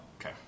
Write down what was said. Okay